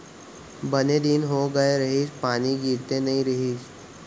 बने दिन हो गए रहिस, पानी गिरते नइ रहिस